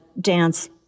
dance